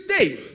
today